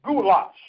goulash